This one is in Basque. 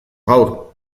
gaur